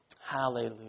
Hallelujah